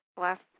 Last